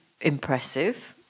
impressive